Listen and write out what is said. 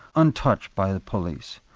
untouched by police.